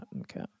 Okay